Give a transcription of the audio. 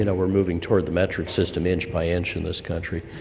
you know we're moving toward the metric system inch by inch in this country.